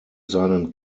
seinem